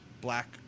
black